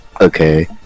okay